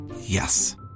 Yes